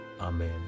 Amen